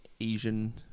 Asian